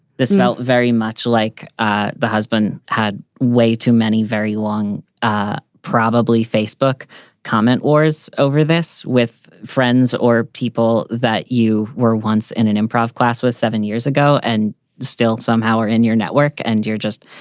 this felt very much like ah the husband had way too many very long ah probably facebook comment or is over this with friends or people that you were once in an improv class with seven years ago and still somehow are in your network and you're just